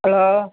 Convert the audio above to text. hello